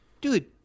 Dude